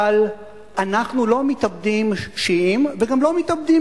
אבל אנחנו לא מתאבדים שיעים וגם לא מתאבדים